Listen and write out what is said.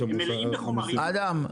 הם מלאים בחומרים --- אדם,